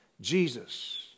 Jesus